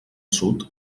sud